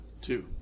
Two